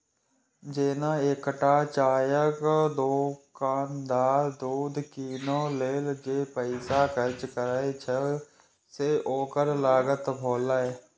जेना एकटा चायक दोकानदार दूध कीनै लेल जे पैसा खर्च करै छै, से ओकर लागत भेलै